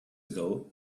ago